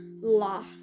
La